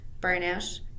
burnout